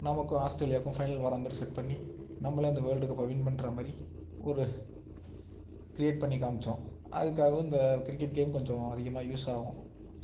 நமக்கும் ஆஸ்ட்ரேலியாவுக்கும் ஃபைனல் வரற மாதிரி செட் பண்ணி நம்மளே அந்த வேர்ல்டு கப்பை வின் பண்ணுற மாதிரி ஒரு க்ரியேட் பண்ணி காமிச்சோம் அதுக்காகவும் இந்த கிரிக்கெட் கேம் கொஞ்சம் அதிகமாக யூஸ் ஆகும்